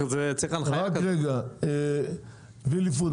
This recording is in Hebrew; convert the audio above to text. וילי פוד